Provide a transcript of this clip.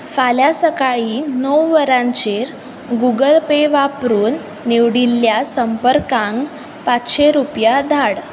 फाल्यां सकाळीं णव वरांचेर गूगल पे वापरून निवडिल्ल्या संपर्कांक पांचशे रुपया धाड